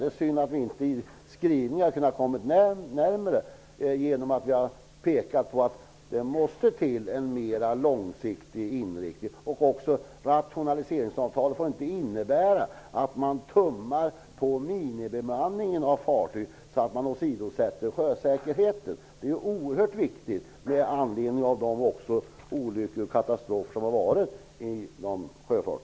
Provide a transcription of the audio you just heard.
Det synd att vi i skrivningar inte kommit varandra närmare genom att peka på att det måste till en mer långsiktig inriktning. Rationaliseringsavtalet får inte innebära att man tummar på minimibemanningen av fartygen, så att man åsidosätter sjösäkerheten. Det är oerhört viktigt med tanke på de olyckor och katastrofer inom sjöfarten som varit.